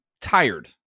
tired